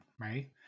Right